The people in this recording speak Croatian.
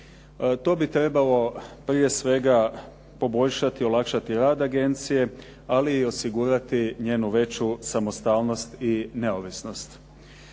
To bi trebalo prije svega poboljšati, olakšati rad agencije, ali osigurati i njenu veću samostalnost i neovisnost.